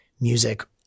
music